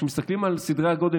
כשמסתכלים על סדרי הגודל,